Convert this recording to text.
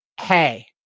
hey